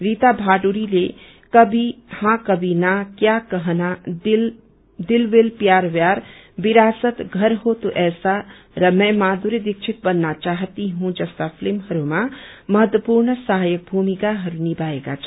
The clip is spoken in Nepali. रीता भादुङीले कभी हाँ कभी ना क्या कहना दिल विल प्यार ब्यार विरासत घर हो तो ऐसा र मै माबुरी रीक्षित बनना चाहती हूँ जस्ता फिल्महरूमा महत्वपूर्ण सहायक भूमिकाहरू निर्माएका छन्